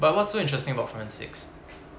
but what so interesting about forensics